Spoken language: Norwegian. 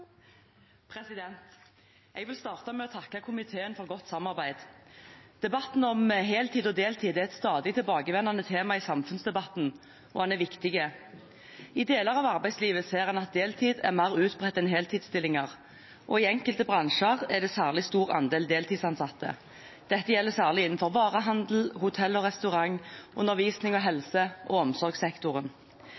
Jeg vil starte med å takke komiteen for godt samarbeid. Heltid og deltid er et stadig tilbakevendende tema i samfunnsdebatten, og det er viktig. I deler av arbeidslivet ser en at deltidsstillinger er mer utbredt enn heltidsstillinger, og i enkelte bransjer er det en særlig stor andel deltidsansatte. Dette gjelder særlig innenfor varehandel, hotell og restaurant, undervisning og